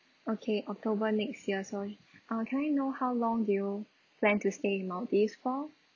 okay october next year so err can I know how long do you plan to stay in maldives for